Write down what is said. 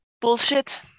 bullshit